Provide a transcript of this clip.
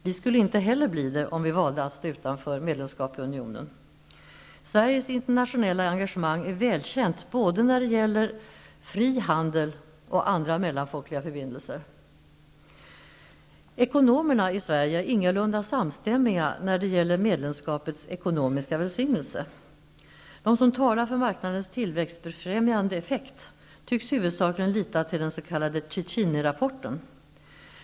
Vi skulle inte heller bli det om vi valde att stå utanför den europeiska unionen. Sveriges internationella engagemang är välkänt när det gäller både fri handel och andra mellanfolkliga förbindelser. Ekonomerna i Sverige är ingalunda samstämmiga när det gäller medlemskapets ekonomiska välsignelse. De som talar för marknadens tillväxtbefrämjande effekt tycks huvudsakligen lita till den s.k. Ciccinirapporten.